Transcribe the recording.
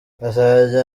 azajya